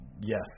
Yes